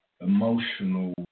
emotional